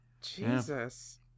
Jesus